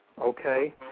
okay